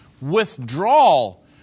withdrawal